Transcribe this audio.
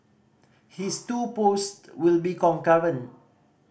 his two post will be concurrent